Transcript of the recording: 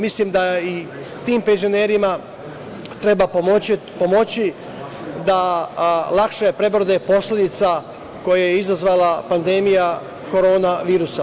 Mislim da i tim penzionerima treba pomoći da lakše prebrode posledice koje je izazvala pandemija korona virusa.